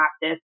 practice